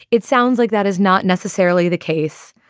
it sounds like that is not necessarily the case.